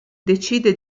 decide